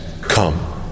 come